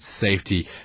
Safety